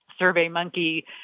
SurveyMonkey